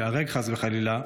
ייהרג חס וחלילה,